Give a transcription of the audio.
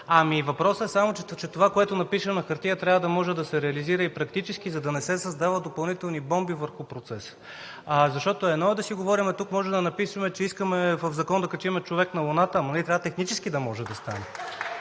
Въпросът е, че това, което се напише на хартия, трябва да може да се реализира и практически, за да не се създават допълнителни бомби върху процеса. Защото едно е да си говорим, а тук може да напишем, че искаме в закон да качим човек на Луната, ама нали трябва технически да може да стане.